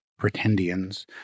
pretendians